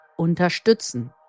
Unterstützen